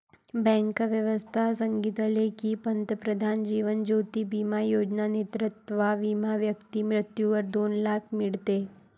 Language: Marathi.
बँक व्यवस्था सांगितले की, पंतप्रधान जीवन ज्योती बिमा योजना नेतृत्वात विमा व्यक्ती मृत्यूवर दोन लाख मीडते